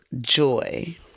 joy